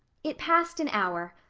it passed an hour.